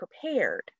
prepared